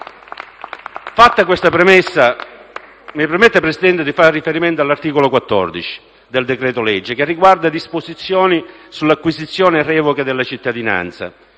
Fatta questa premessa, Presidente, mi permetta di far riferimento all'articolo 14 del decreto-legge, che riguarda le disposizioni sull'acquisizione e la revoca della cittadinanza.